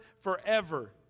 forever